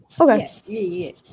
Okay